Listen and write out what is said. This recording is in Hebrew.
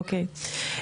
אוקיי.